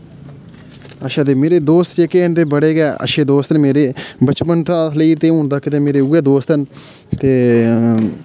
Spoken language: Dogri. अच्छा ते मेरे दोस्त जेह्के न बड़े गे अच्छे दोस्त ने मेरे बचपन दा लेइयै ते हून तक मेरे उ'ऐ दोस्त न ते